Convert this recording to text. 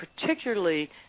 particularly